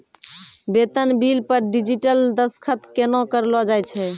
बेतन बिल पर डिजिटल दसखत केना करलो जाय छै?